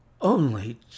Only